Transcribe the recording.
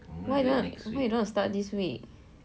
why you don't want why you don't want start this week